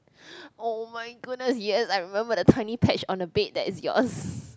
oh my goodness yes I remember the tiny patch on the bed that is yours